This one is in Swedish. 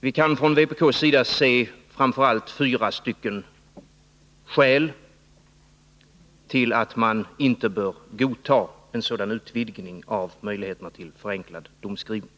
Vi kan från vpk:s sida se framför allt fyra skäl till att man inte bör godta en sådan utvidgning av möjligheterna till förenklad domskrivning.